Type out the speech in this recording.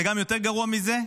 וגם יותר גרוע מזה,